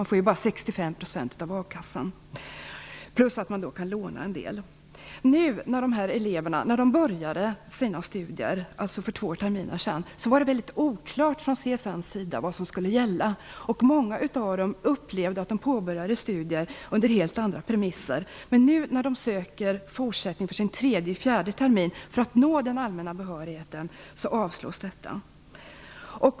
De får bara 65 % av a-kasseersättningen och kan dessutom få låna en del. När dessa elever började sina studier för två terminer sedan var det mycket oklart från vad som skulle gälla från CSN:s sida. Många av dem upplever att de påbörjade studier under helt andra premisser. När de nu ansöker om bidrag för fortsatta studier en tredje eller fjärde termin för att nå den allmänna behörigheten avslås detta.